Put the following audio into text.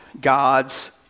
God's